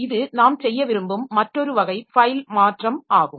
இது நாம் செய்ய விரும்பும் மற்றொரு வகை ஃபைல் மாற்றம் ஆகும்